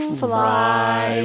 fly